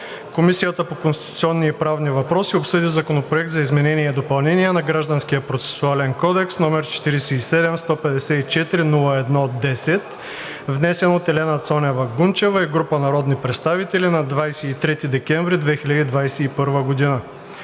Комисията по конституционни и правни въпроси обсъди Законопроект за изменение и допълнение на Гражданския процесуален кодекс, № 47-154-01-10, внесен от Елена Цонева Гунчева и група народни представители на 23 декември 2021 г.